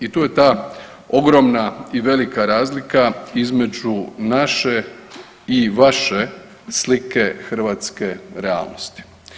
I tu je ta ogromna i velika razlika između naše i vaše slike hrvatske realnosti.